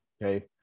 Okay